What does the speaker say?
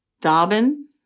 Dobbin